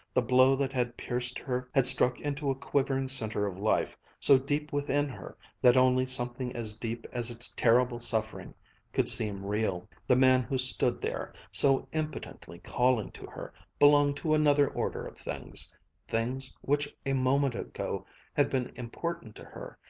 the blow that had pierced her had struck into a quivering center of life, so deep within her, that only something as deep as its terrible suffering could seem real. the man who stood there, so impotently calling to her, belonged to another order of things things which a moment ago had been important to her,